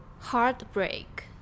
heartbreak